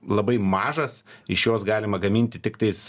labai mažas iš jos galima gaminti tiktais